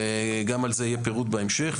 וגם על זה יהיה פירוט בהמשך.